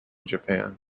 japan